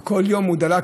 וכל יום הוא דלק,